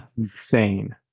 insane